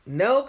no